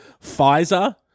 Pfizer